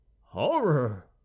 Horror